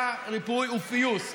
הכרה, ריפוי ופיוס.